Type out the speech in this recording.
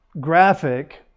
graphic